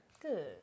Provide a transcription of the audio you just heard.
Good